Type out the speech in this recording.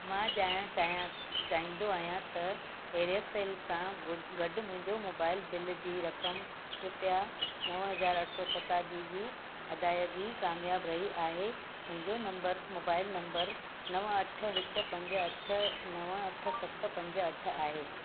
मां ॼाणणु चाहियां चाहींदो आहियां त एयरसेल सां गु ॻॾु मुंहिंजो मोबाइल बिल जी रक़म रुपिया नव हज़ार अठ सौ सतासी जी अदायगी कामयाब रही आहे मुंहिंजो नम्बर मोबाइल नंबर नव अठ हिकु पंज अठ नव अठ सत पंज अठ आहे